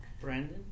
Brandon